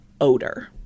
odor